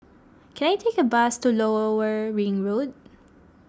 can I take a bus to Lower were Ring Road